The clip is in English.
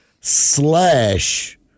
slash